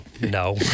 No